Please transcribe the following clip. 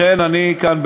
לכן אני כאן,